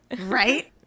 Right